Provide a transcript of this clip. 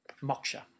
moksha